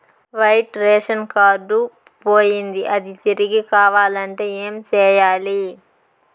white ration card పోయింది అది తిరిగి కావాలంటే ఏం సేయాలి